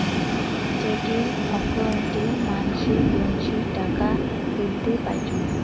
checking অক্কোউন্টে মানসী দিননি টাকা তুলতে পাইচুঙ